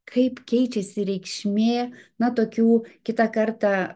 kaip keičiasi reikšmė na tokių kitą kartą